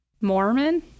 Mormon